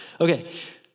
Okay